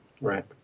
right